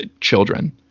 children